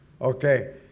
Okay